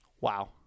Wow